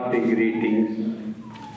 greetings